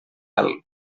alt